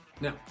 Now